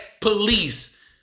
police